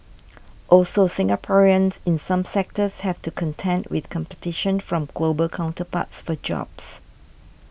also Singaporeans in some sectors have to contend with competition from global counterparts for jobs